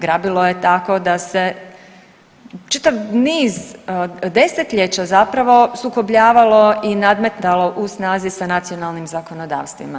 Grabilo je tako da se čitav niz desetljeća zapravo sukobljavalo i nadmetalo u snazi sa nacionalnim zakonodavstvima.